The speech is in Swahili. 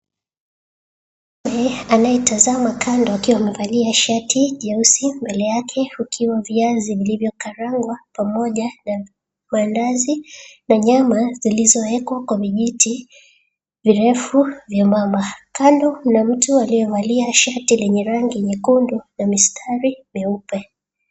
Anayetazama kando akiwa amevalia shati jeusi, mbele yake kukiwa viazi vilivyokarangwa pamoja na maandazi na nyama zilizowekwa kwa vijiti virefu vyembamba. Kando kuna mtu aliyevalia shati lenye rangi nyekundu na mistari meupe.